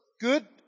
good